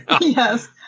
Yes